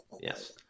Yes